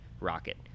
Rocket